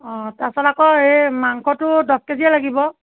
অঁ তাৰ পিছত আকৌ এই মাংসটো দচ কেজিয়ে লাগিব